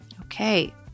Okay